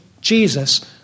Jesus